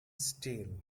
steal